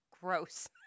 gross